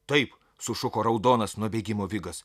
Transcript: taip sušuko raudonas nuo bėgimo vigas